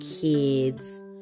kids